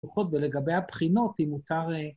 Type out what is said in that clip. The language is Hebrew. ‫לפחות בלגבי הבחינות, אם מותר...